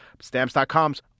Stamps.com's